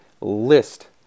list